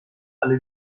ale